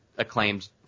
acclaimed